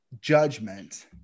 judgment